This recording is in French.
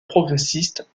progressiste